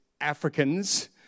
African's